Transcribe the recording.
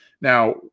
Now